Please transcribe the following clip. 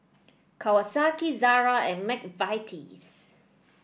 Kawasaki Zara and McVitie's